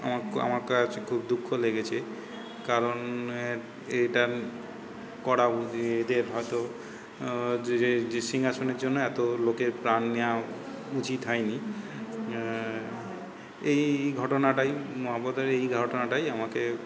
আমার ক্ আমার কাছে খুব দুঃখ লেগেছে কারণ এটা করা উদে এদের হয়তো যে যে যে সিংহাসনের জন্য এত লোকের প্রাণ নেওয়া উচিত হয়নি এই ঘটনাটাই মহাভারতের এই ঘটনাটাই আমাকে